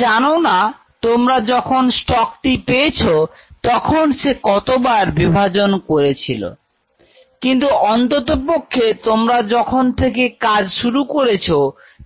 তোমরা জানো না তোমরা যখন স্টক টি পেয়েছ তখন সে কতবার বিভাজন করেছিল কিন্তু অন্ততপক্ষে তোমরা যখন থেকে কাজ শুরু করেছো